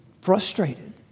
frustrated